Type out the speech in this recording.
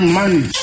money